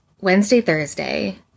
Wednesday-Thursday